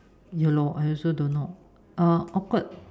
ya lor I also don't know uh awkward